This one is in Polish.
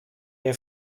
nie